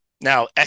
Now